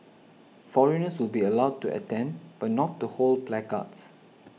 foreigners will be allowed to attend but not to hold placards